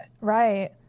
Right